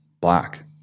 black